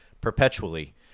perpetually